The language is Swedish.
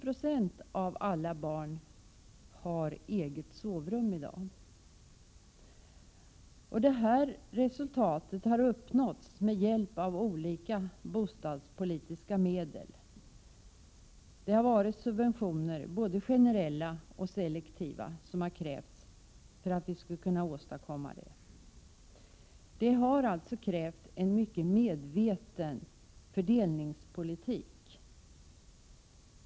70 90 av alla barn har eget sovrum i dag. Detta resultat har uppnåtts med hjälp av olika bostadspolitiska medel. För att åstadkomma det har det krävts både generella och selektiva subventioner. Det har alltså krävts en mycket målmedveten fördelningspolitik.